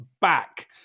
back